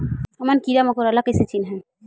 हमन कीरा मकोरा ला कइसे चिन्हन?